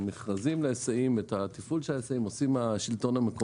המכרזים להיסעים ואת התפעול של ההיסעים עושה השלטון המקומי.